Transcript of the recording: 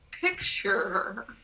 picture